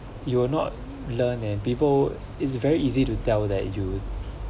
you will not learn and people it's very easy to tell that you